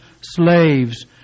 slaves